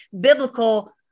biblical